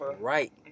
Right